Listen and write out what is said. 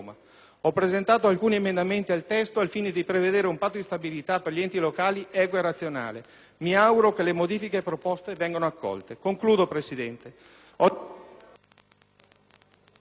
Ho presentato alcuni emendamenti al testo al fine di prevedere un Patto di stabilità per gli enti locali equo e razionale. Mi auguro che le modifiche proposte vengano accolte. Concludo, signor Presidente.